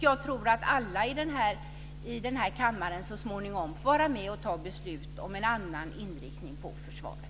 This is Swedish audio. Jag tror att alla i den här kammaren så småningom får vara med och fatta beslut om en annan inriktning på försvaret.